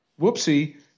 Whoopsie